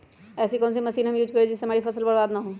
ऐसी कौन सी मशीन हम यूज करें जिससे हमारी फसल बर्बाद ना हो?